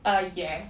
uh yes